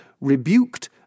rebuked